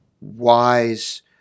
wise